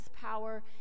power